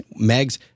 Megs